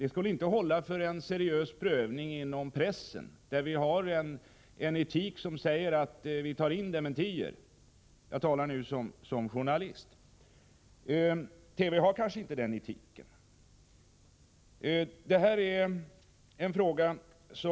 Det skulle inte hålla för en seriös prövning inom pressen, där vi har en etik som säger att vi tar in dementier. Jag talar nu som journalist. TV har kanske inte den etiken.